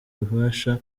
ububasha